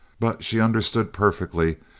but she understood perfectly,